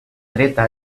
dreta